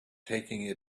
taking